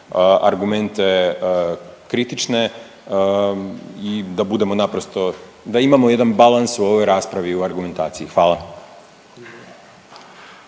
argumente kritične i da budemo naprosto, da imamo jedan balans u ovoj raspravi u argumentaciji. Hvala.